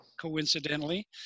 coincidentally